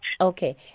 Okay